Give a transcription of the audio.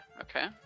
okay